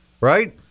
right